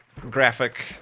graphic